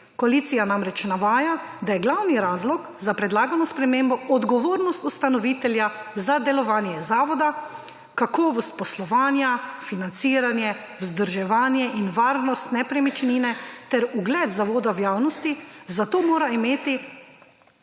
Koalicija namreč navaja, da je glavni razlog za predlagano spremembo odgovornost ustanovitelja za delovanje zavoda, kakovost poslovanja, financiranje, vzdrževanje in varnost nepremičnine ter ugled zavoda v javnosti, zato mora imeti